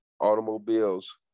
automobiles